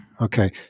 Okay